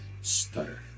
stutter